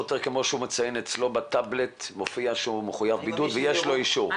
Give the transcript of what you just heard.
אם בא אותו שוטר ואצלו בטבלט מופיע שהוא מחויב בידוד אבל יש לו אישור?